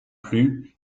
plu